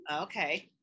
Okay